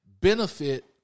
benefit